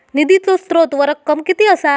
निधीचो स्त्रोत व रक्कम कीती असा?